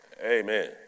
Amen